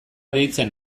deitzen